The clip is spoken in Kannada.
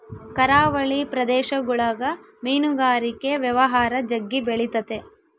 ಕರಾವಳಿ ಪ್ರದೇಶಗುಳಗ ಮೀನುಗಾರಿಕೆ ವ್ಯವಹಾರ ಜಗ್ಗಿ ಬೆಳಿತತೆ